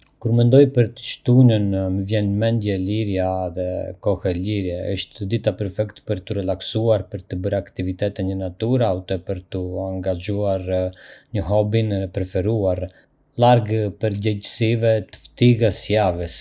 Kur mendoj për të shtunën, më vjen në mendje liria dhe koha e lirë. Është dita perfekte për t'u relaksuar, për të bërë aktivitete në natyrë ose për t'u angazhuar në hobin e preferuar, larg përgjegjësive të ftigën së javës.